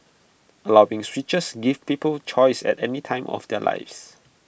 allowing switches gives people choice at any time of their lives